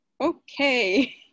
okay